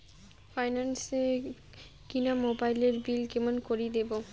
Finance এ কিনা মোবাইলের বিল কেমন করে দিবো?